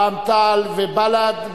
רע"ם-תע"ל ובל"ד,